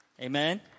Amen